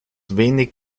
wenig